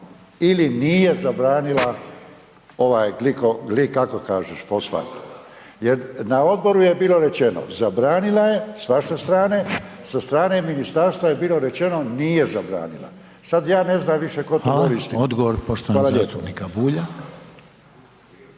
ili nije zabranila ovaj gliko, gli, kako kažeš, fosfat. Jer na odboru je bilo rečeno, zabranila je, s vaše strane, sa strane ministarstva je bilo rečeno nije zabranila. Sad ja ne znam tko tu više govori .../Upadica